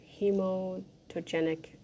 hematogenic